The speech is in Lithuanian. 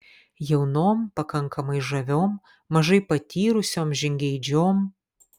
jaunom pakankamai žaviom mažai patyrusiom žingeidžiom